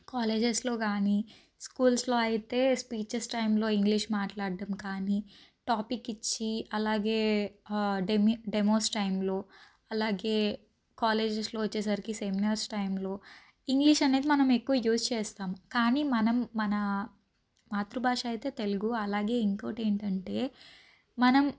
కాలేజెస్లో కాని స్కూల్స్లో అయితే స్పీచెస్ టైంలో ఇంగ్లీష్ మాట్లాడటం కానీ టాపిక్ ఇచ్చి అలాగే డెం డెమోస్ టైంలో అలాగే కాలేజెస్లో వచ్చేసరికి సెమినార్ టైంలో ఇంగ్లీష్ అనేది మనం ఎక్కువ యూస్ చేస్తాం కానీ మనం మన మాతృభాష అయితే తెలుగు అలాగే ఇంకోటి ఏంటంటే మనం